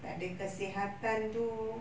tak ada kesihatan itu